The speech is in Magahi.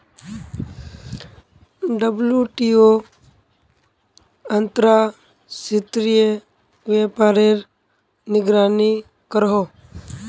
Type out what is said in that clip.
डब्लूटीओ अंतर्राश्त्रिये व्यापारेर निगरानी करोहो